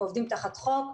עובדים תחת חוק,